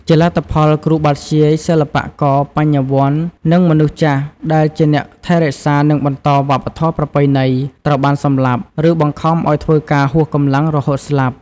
ជាលទ្ធផល គ្រូបាធ្យាយ សិល្បករ បញ្ញវន្ត និងមនុស្សចាស់ ដែលជាអ្នកថែរក្សា និងបន្តវប្បធម៌ប្រពៃណី ត្រូវបានសម្លាប់ ឬបង្ខំឱ្យធ្វើការហួសកម្លាំងរហូតស្លាប់។